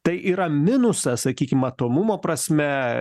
tai yra minusas sakyim matomumo prasme